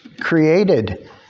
created